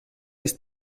ist